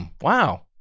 Wow